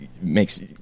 makes